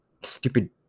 stupid